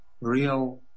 real